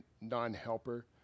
non-helper